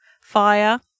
fire